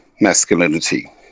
masculinity